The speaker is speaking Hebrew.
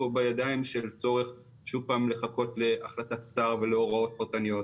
בידיים שלצורך שוב פעם לחכות להחלטת שר ולהוראות פרטניות.